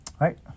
right